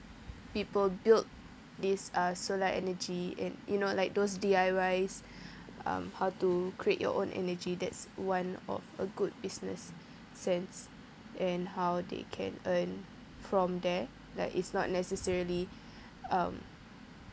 people build this uh solar energy in you know like those D_I_Ys um how to create your own energy that's one of a good business sense and how they can earn from there like it's not necessarily um